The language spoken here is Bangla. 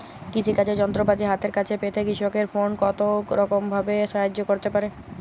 কৃষিকাজের যন্ত্রপাতি হাতের কাছে পেতে কৃষকের ফোন কত রকম ভাবে সাহায্য করতে পারে?